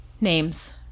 names